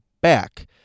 back